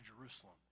Jerusalem